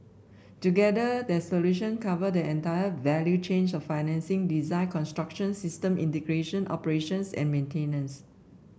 together their solution cover the entire value chain of financing design construction system integration operations and maintenance